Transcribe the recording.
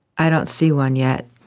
i don't see one yet.